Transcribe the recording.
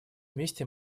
вместе